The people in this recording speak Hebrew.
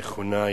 נכונה,